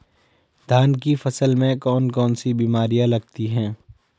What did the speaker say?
धान की फसल में कौन कौन सी बीमारियां लगती हैं?